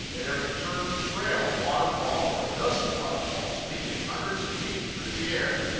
at every turn of the trail a waterfall or a dozen waterfalls, leaping hundreds of feet through the air,